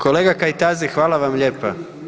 Kolega Kajtazi, hvala vam lijepa!